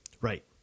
Right